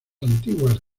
antiguas